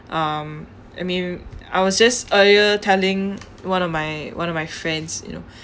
um I mean I was just earlier telling one of my one of my friends you know